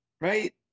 right